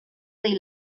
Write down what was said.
rei